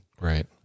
right